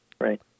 right